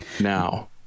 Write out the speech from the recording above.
now